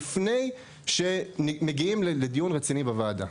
לפני שמגיעים לדיון רציני בוועדה.